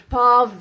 Paul